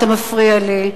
אתה מפריע לי,